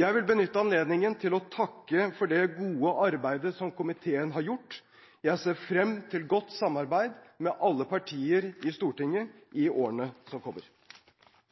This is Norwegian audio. Jeg vil benytte anledningen til å takke for det gode arbeidet som komiteen har gjort. Jeg ser frem til godt samarbeid med alle partier i Stortinget i årene som kommer.